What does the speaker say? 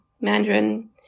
Mandarin